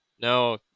No